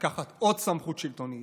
לקחת עוד סמכות שלטונית,